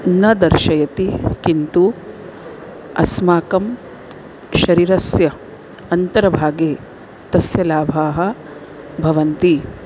न दर्शयति किन्तु अस्माकं शरीरस्य अन्तर्भागे तस्य लाभाः भवन्ति